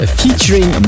featuring